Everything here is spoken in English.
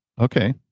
Okay